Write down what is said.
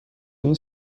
این